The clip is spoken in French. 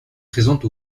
présente